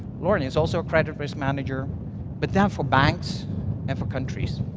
lauren is also a credit risk manager but then for banks and for countries.